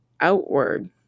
outward